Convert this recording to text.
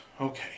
Okay